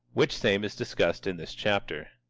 which same is discussed in this chapter.